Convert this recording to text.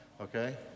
okay